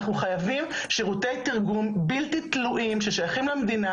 אנחנו חייבים שירותי תרגום בלתי תלויים ששייכים למדינה,